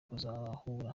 kuzahura